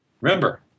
Remember